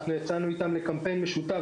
אנחנו יצאנו איתם לקמפיין משותף.